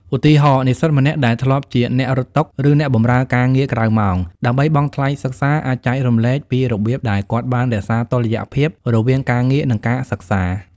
ឧទាហរណ៍ និស្សិតម្នាក់ដែលធ្លាប់ជាអ្នករត់តុ ឬអ្នកបម្រើការងារក្រៅម៉ោង ដើម្បីបង់ថ្លៃសិក្សា អាចចែករំលែកពីរបៀបដែលគាត់បានរក្សាតុល្យភាពរវាងការងារ និងការសិក្សា។